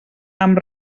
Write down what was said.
amb